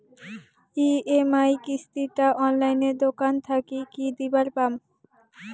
EMI কিস্তি টা অনলাইনে দোকান থাকি কি দিবার পাম?